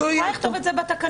אני יכולה לכתוב את זה בתקנות,